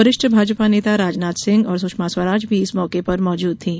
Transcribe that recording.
वरिष्ठ भाजपा नेता राजनाथ सिंह और सुषमा स्वराज भी इस मौके पर मौजूद थीं